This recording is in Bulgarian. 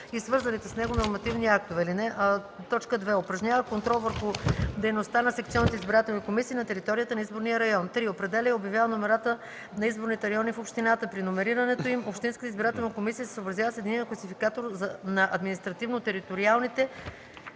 и свързаните с него нормативни актове; 2. упражнява контрол върху дейността на секционните избирателни комисии на територията на изборния район; 3. определя и обявява номерата на изборните райони в общината; при номерирането им общинската избирателна комисия се съобразява с Единния класификатор на административно-териториалните